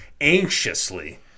anxiously